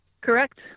Correct